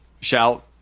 shout